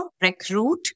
recruit